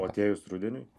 o atėjus rudeniui